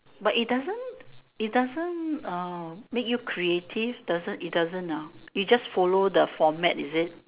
but it doesn't it doesn't make you creative it doesn't it doesn't it just follow the format is it